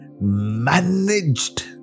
managed